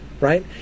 right